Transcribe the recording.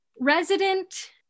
resident